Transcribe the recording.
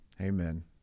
Amen